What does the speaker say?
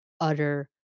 utter